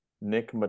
Nick